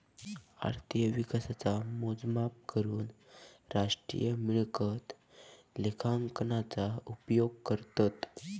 अर्थिक विकासाचा मोजमाप करूक राष्ट्रीय मिळकत लेखांकनाचा उपयोग करतत